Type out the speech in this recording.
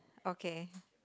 okay